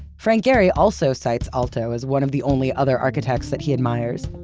frank gehry also cites aalto as one of the only other architects that he admires.